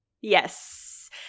Yes